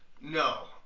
no